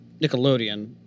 Nickelodeon